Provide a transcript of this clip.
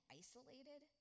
isolated